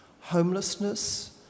homelessness